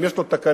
אם יש לו תקנות,